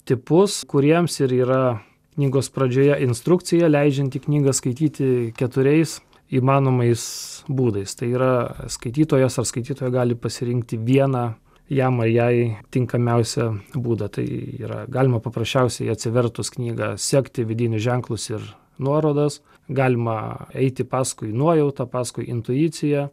tipus kuriems ir yra knygos pradžioje instrukcija leidžianti knygą skaityti keturiais įmanomais būdais tai yra skaitytojas ar skaitytoja gali pasirinkti vieną jam ar jai tinkamiausią būdą tai yra galima paprasčiausiai atsivertus knygą sekti vidinius ženklus ir nuorodas galima eiti paskui nuojautą paskui intuiciją